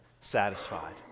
satisfied